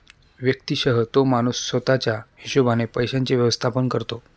व्यक्तिशः तो माणूस स्वतः च्या हिशोबाने पैशांचे व्यवस्थापन करतो